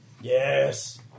Yes